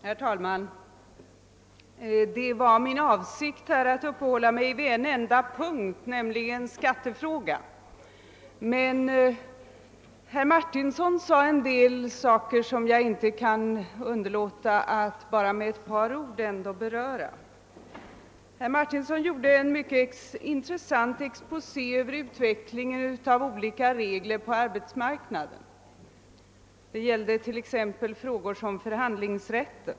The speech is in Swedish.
Herr talman! Det var min avsikt att uppehålla mig vid en enda punkt, nämligen skattefrågan, men herr Martins son sade en del saker som jag inte kan underlåta att med ett par ord beröra. Herr Martinsson gjorde en mycket intressant exposé över utvecklingen av olika regler på arbetsmarknaden i fråga om t.ex. förhandlingsrätten.